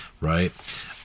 right